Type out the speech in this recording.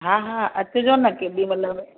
हा हा अचिजो न केॾी महिल बि